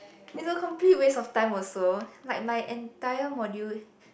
it's a complete waste of time also like my entire module